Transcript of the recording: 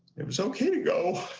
it was okay to go.